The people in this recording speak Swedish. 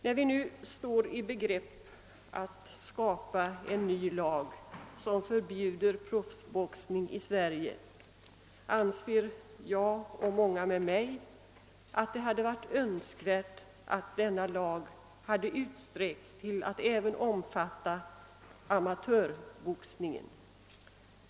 När vi nu står i begrepp att skapa en ny lag innebärande förbud mot proffsboxning i Sverige anser jag och många med mig, att det hade varit önsk värt att denna lag hade utsträckts till att även omfatta amatörboxningen.